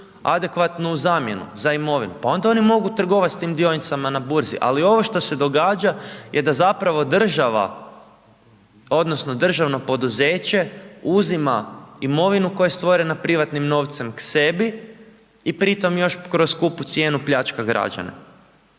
adekvatnu zamjenu za imovinu pa onda oni mogu trgovati sa tim dionicama na burzi ali ovo što se događa je da za pravo država odnosno državno poduzeće uzima imovinu koja je stvorena privatnim novcem k sebi i pri tom još kroz skupu cijenu pljačka građane.